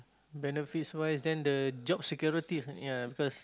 benefits wise then the job security ya because